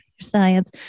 science